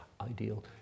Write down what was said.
ideal